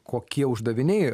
kokie uždaviniai